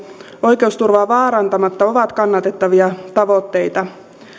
oikeusturvaa vaarantamatta ovat kannatettavia tavoitteita